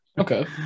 Okay